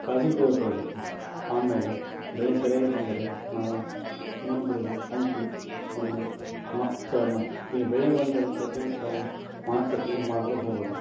ಕಾಳಜಿ ತೆಗೆದುಕೊಳ್ಳಬೇಕು ಆಮೇಲೆ ಬೆಳೆ ಸರಿಯಾಗಿ ಬಂದರೆ ನಾವು ಇನ್ನೊಬ್ಬರಿಗೆ ಹಂಚಿ ಒಂದು ಮ ತ ಮ ಹೀಗೆ ಬೆಳೆ ಬಂದ ರೀತಿಯಲ್ಲಿ ತಾವು ಮಾರುಕಟ್ಟೆಯಲ್ಲಿ ಮಾರಲು ಹೋಗಬೇಕು